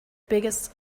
biggest